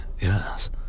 Yes